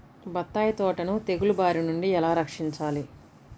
బత్తాయి తోటను తెగులు బారి నుండి ఎలా రక్షించాలి?